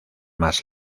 más